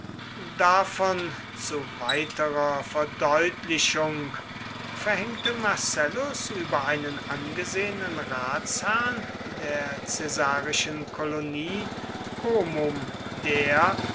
davon zu weiterer verdeutlichung verhängte marcellus über einen angesehenen ratsherrn der caesarischen kolonie comum der